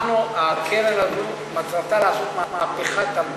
הקרן הזאת מטרתה לעשות מהפכה תרבותית,